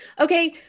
Okay